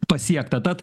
pasiekta tad